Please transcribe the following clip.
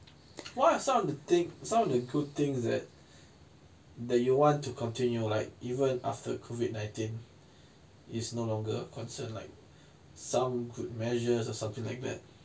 what are some of the thing some of the good things that that you want to continue like even after COVID nineteen is no longer a concern like some good measures or something like that